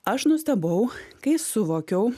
aš nustebau kai suvokiau